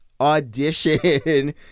audition